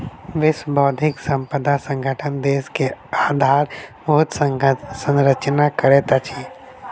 विश्व बौद्धिक संपदा संगठन देश मे आधारभूत संरचना करैत अछि